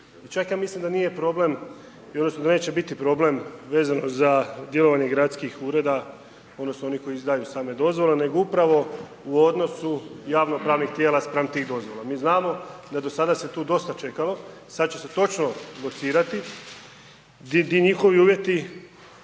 čak ja mislim da nije problem, odnosno da neće biti problem vezano za djelovanje gradskih ureda, odnosno onih koji izdaju same dozvole nego upravo u odnosu javnopravnih tijela spram tih dozvola. Mi znamo da do sada se tu dosta čekalo, sada će se točno .../Govornik se